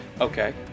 Okay